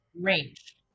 range